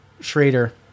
Schrader